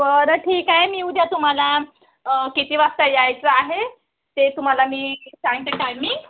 बरं ठीक आहे मी उद्या तुम्हाला किती वाजता यायचं आहे ते तुम्हाला मी सांगते टायमिंग